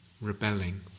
rebelling